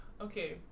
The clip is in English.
okay